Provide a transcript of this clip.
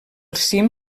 cim